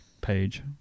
page